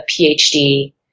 PhD